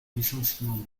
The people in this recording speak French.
licenciement